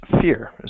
fear